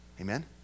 Amen